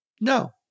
No